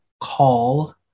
call